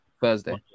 Thursday